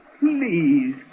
Please